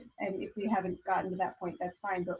and if we haven't gotten to that point, that's fine, but